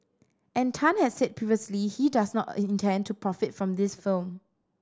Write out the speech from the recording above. and Tan has said previously he does not intend to profit from this film